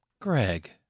Greg